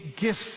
gifts